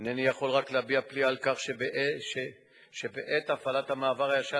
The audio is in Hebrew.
אני יכול רק להביע פליאה על כך שבעת הפעלת המעבר הישן,